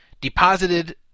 Deposited